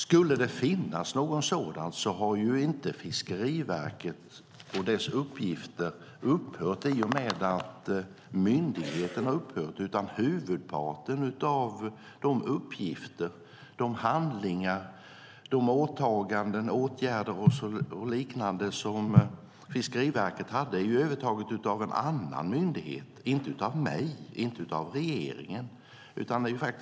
Skulle det finnas någon sådan har inte Fiskeriverket och dess uppgifter upphört i och med att myndigheten har upphört, utan huvudparten av de uppgifter, de handlingar, de åtaganden, åtgärder och liknande som Fiskeriverket hade är övertagna av en annan myndighet och inte av regeringen eller av mig.